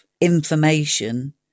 information